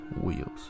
Wheels